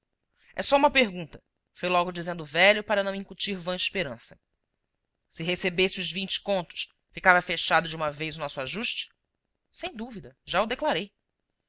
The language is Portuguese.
é só uma pergunta foi logo dizendo o velho para não incutir vã esperança se recebesse os vintes contos ficava fechado de uma vez o nosso ajuste sem dúvida já o declarei